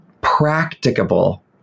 practicable